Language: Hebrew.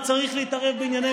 אני אמשיך להתערב בעבודת